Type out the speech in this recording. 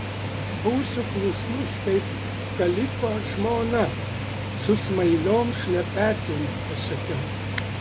būsiu klusnus kaip kalifo žmona su smailiom šlepetėm pasakiau